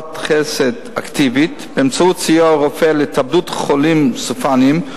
חסד אקטיבית באמצעות סיוע רופא להתאבדות חולים סופניים,